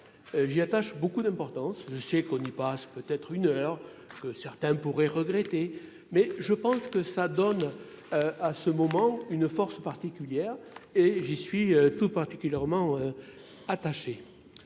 J'y attache beaucoup d'importance. Je sais qu'on y passe peut être une heure que certains pourraient regretter mais je pense que ça donne. À ce moment une force particulière et j'y suis tout particulièrement. Attaché.